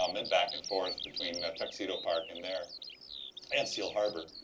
um and back and forth between tuxedo park and there and seal harbor.